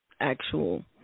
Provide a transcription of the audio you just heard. actual